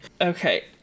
Okay